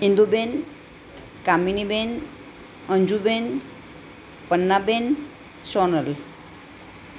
Induben Kaminiben Anjuben Pannaben Sonal